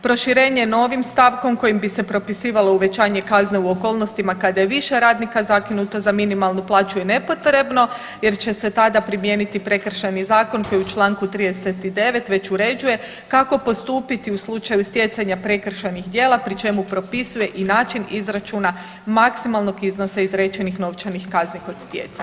Proširenje novim stavkom kojim bi se propisivalo kazne u okolnostima kada je više radnika zakinuto za minimalnu plaću je nepotrebno jer će se tada primijeniti Prekršajni zakon koji u Članku 39. već uređuje kako postupiti u slučaju stjecanja prekršajnih djela pri čemu propisuje i način izračuna maksimalnog iznosa izrečenih novčanih kazni kod stjecanja.